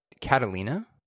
Catalina